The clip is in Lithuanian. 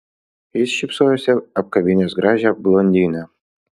jis šypsojosi apkabinęs gražią blondinę